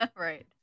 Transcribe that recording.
Right